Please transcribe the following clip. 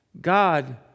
God